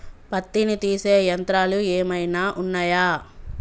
పత్తిని తీసే యంత్రాలు ఏమైనా ఉన్నయా?